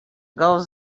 goes